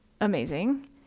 amazing